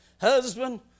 Husband